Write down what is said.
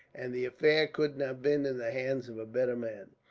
and the affair couldn't have been in the hands of a better man.